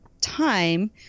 time